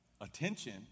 attention